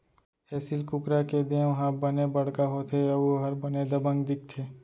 एसील कुकरा के देंव ह बने बड़का होथे अउ ओहर बने दबंग दिखथे